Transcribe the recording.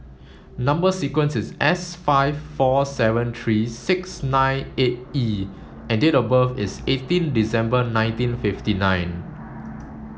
number sequence is S five four seven three six nine eight E and date of birth is eighteen December nineteen fifty nine